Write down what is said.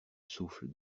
souffle